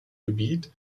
gebiet